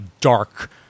Dark